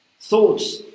thoughts